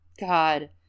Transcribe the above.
God